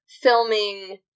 filming